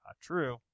true